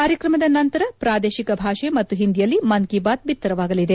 ಕಾರ್ಯಕ್ರಮದ ನಂತರ ಪ್ರಾದೇಶಿಕ ಭಾಷೆ ಮತ್ತು ಹಿಂದಿಯಲ್ಲಿ ಮನ್ ಕಿ ಬಾತ್ ಬಿತ್ತರವಾಗಲಿದೆ